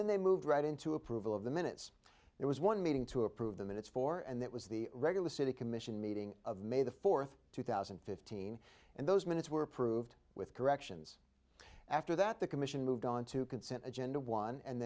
then they moved right into approval of the minutes there was one meeting to approve the minutes for and that was the regular city commission meeting of may the fourth two thousand and fifteen and those minutes were approved with corrections after that the commission moved onto consent agenda one and